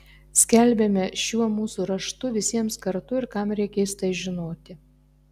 skelbiame šiuo mūsų raštu visiems kartu ir kam reikės tai žinoti